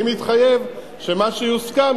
אני מתחייב שמה שיוסכם,